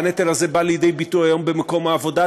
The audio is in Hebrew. והנטל הזה בא לידי ביטוי היום במקום העבודה,